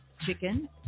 chicken